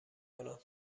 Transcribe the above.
کنم